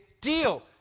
deal